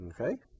okay